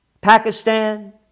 Pakistan